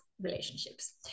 relationships